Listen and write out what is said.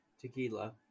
tequila